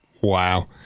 wow